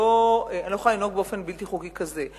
אני לא יכולה לנהוג באופן בלתי חוקי כזה.